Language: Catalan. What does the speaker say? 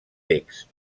text